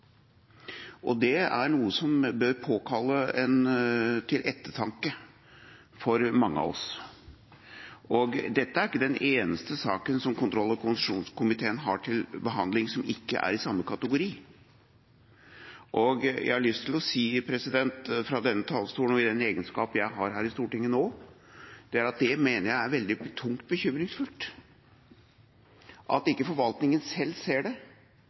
Det bør være til ettertanke for mange av oss. Dette er ikke den eneste saken som kontroll- og konstitusjonskomiteen har til behandling, som er i samme kategori. Jeg har lyst til å si fra denne talerstolen, i egenskap av den rollen jeg har her i Stortinget nå, at jeg mener det er veldig tungt bekymringsfullt at ikke forvaltninga selv ser det,